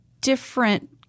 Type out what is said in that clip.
different